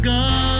God